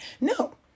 No